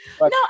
No